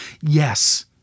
Yes